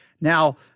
Now